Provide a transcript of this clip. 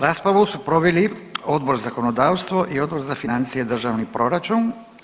Raspravu su proveli Odbor za zakonodavstvo i Odbor za financije i državni proračun.